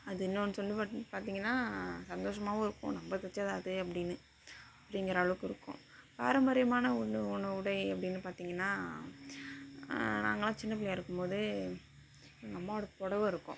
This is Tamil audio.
அது இன்னொன்று சொல்லணுன்னு பார்த்திங்கன்னா சந்தோஷமாகவும் இருக்கும் நம்ம தைச்சதா இது அப்படினு அப்படிங்கிற அளவுக்கு இருக்கும் பாரம்பரியமான உண உடை அப்படினு பார்த்திங்கன்னா நாங்கெளாம் சின்ன பிள்ளையா இருக்கும் போது எங்கள் அம்மாவோடய புடவ இருக்கும்